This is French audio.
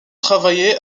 travaillé